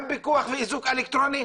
גם פיקוח ואיזוק אלקטרוני,